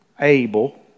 Abel